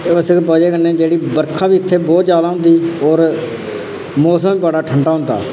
उस्स वजह कन्नै जेह्ड़ी बर्खा बी इत्थै बहुत ज्यादा होंदी और मौसम बी बड़ा ठंडा होंदा